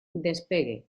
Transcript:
despegue